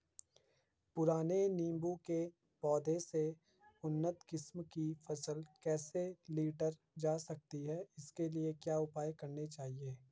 पुराने नीबूं के पौधें से उन्नत किस्म की फसल कैसे लीटर जा सकती है इसके लिए क्या उपाय करने चाहिए?